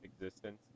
existence